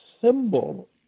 symbol